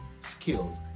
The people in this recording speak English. skills